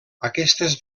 aquestes